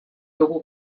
dugu